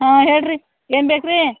ಹಾಂ ಹೇಳಿ ರಿ ಏನು ಬೇಕು ರೀ